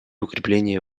укрепление